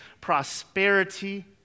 prosperity